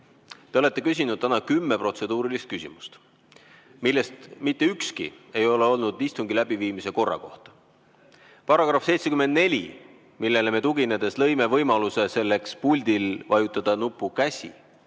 te olete küsinud täna kümme protseduurilist küsimust, millest mitte ükski ei ole olnud istungi läbiviimise korra kohta. Paragrahvile 74 tuginedes me lõime võimaluse vajutada puldil nuppu "Käsi",